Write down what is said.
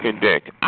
dick